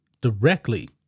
directly